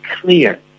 clear